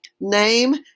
name